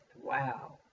wow